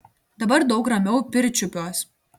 dabar daug ramiau pirčiupiuos